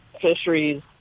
fisheries